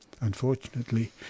unfortunately